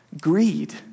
greed